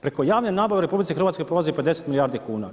Preko javne nabave u RH prolazi 50 milijardi kuna.